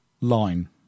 line